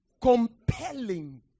Compelling